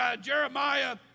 Jeremiah